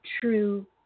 true